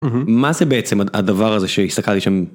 מה זה בעצם הדבר הזה שהסתכלתי שם.